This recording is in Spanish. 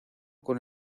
con